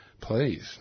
Please